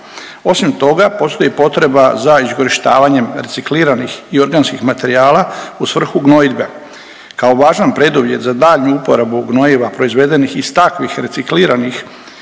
Osim toga postoji potreba za iskorištavanjem recikliranih i organskih materijala u svrhu gnojidbe kao važan preduvjet za daljnju uporabu gnojiva proizvedenih iz takvih recikliranih